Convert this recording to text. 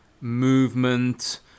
movement